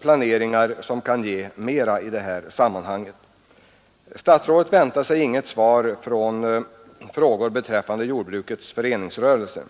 planeringsverksamhet som kan ge mera av värdefulla erfarenheter. Statsrådet väntar sig inget svar på sina frågor beträffande jordbrukets föreningsrörelse.